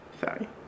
Sorry